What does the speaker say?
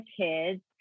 kids